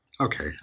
Okay